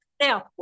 Now